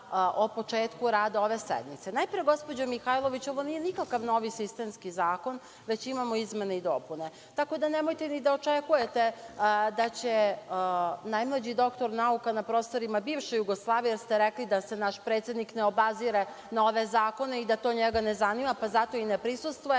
o početku rada ove sednice. Najpre, gospođo Mihajlović ovo nije nikakav novi sistemski zakon, već imamo izmene i dopune, tako da nemojte ni da očekujete da će najmlađi doktor nauka na prostorima bivše Jugoslavije, jer ste rekli da se naš predsednik ne obazire na ove zakone i da to njega ne zanima, pa zato i ne prisustvuje…